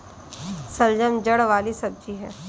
शलजम जड़ वाली सब्जी है